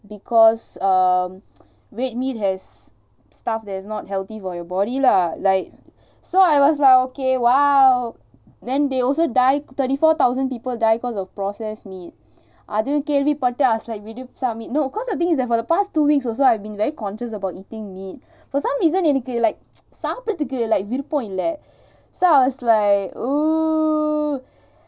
because um red meat has stuff that is not healthy for your body lah like so I was like okay !wow! then they also died thirty four thousand people died because of processed meat அது கேள்வி பட்டு:athu kelvi pattu I was like விடு சாமி:vidu saami no because the thing is that for the past two weeks also I've been very conscious about eating meat for some reason எனக்கு சாப்புடுறதுக்கு விருப்பம் இல்ல:enakku saappudurathuku viruppam illa so I was like oo